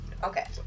Okay